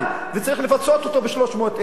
וצריך לפצות אותו ב-300,000 שקל,